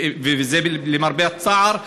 וזה למרבה הצער.